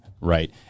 right